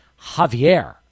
Javier